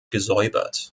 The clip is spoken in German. gesäubert